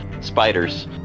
spiders